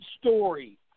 story